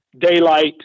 daylight